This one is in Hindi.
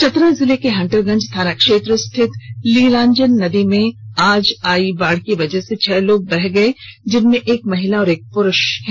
चतरा जिले के हंटरगंज थाना क्षेत्र स्थित लीलाजन नदी में आई बाढ़ की वजह से छह लोग बह गए जिनमें एक महिला और एक पुरुष है